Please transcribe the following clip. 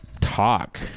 talk